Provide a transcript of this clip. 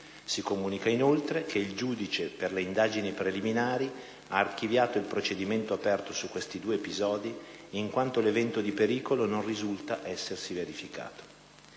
Si comunica inoltre che il giudice per le indagini preliminari ha archiviato il procedimento aperto su questi due episodi in quanto l'evento di pericolo non risulta essersi verificato.